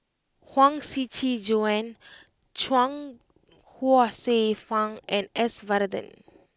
Huang Shiqi Joan Chuang Hsueh Fang and S Varathan